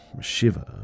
shiver